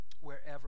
wherever